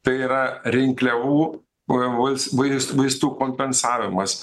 tai yra rinkliavų v vais vaistų kompensavimas